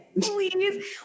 Please